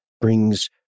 brings